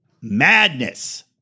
madness